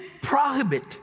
prohibit